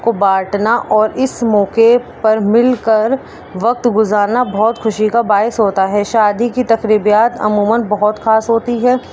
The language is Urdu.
کو باٹنا اور اس موقعے پر مل کر وقت گزارنا بہت خوشی کا باعث ہوتا ہے شادی کی تقریبات عموماً بہت خاص ہوتی ہیں